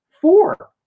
four